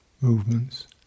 movements